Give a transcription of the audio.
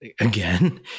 again